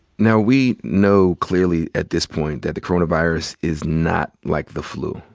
now we know clearly at this point that the coronavirus is not like the flu.